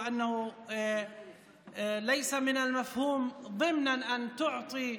ולא מובן מאליו שתספק את